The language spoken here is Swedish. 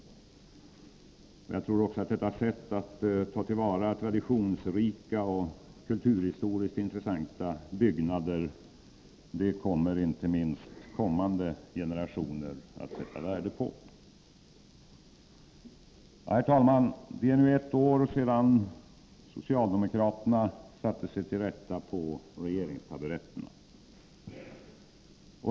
Jag tror också att inte minst kommande generationer kommer att sätta värde på detta sätt att ta till vara traditionsrika och kulturhistoriskt intressanta byggnader. Herr talman! Det är nu ett år sedan socialdemokraterna satte sig till rätta på regeringstaburetterna.